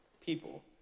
people